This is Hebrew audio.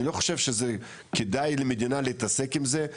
אני לא חושב שכדאי למדינה להתעסק עם זה,